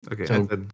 Okay